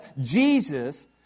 Jesus